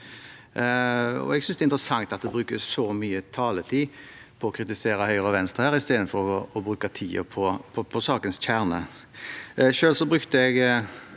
Jeg synes det er interessant at det brukes så mye taletid på å kritisere Høyre og Venstre i stedet på å bruke tid på sakens kjerne.